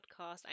podcast